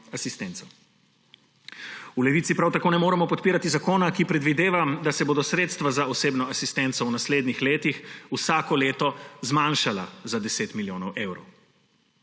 V Levici prav tako ne moremo podpirati zakona, ki predvideva, da se bodo sredstva za osebno asistenco v naslednjih letih vsako leto zmanjšala za 10 milijonov evrov.